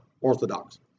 orthodox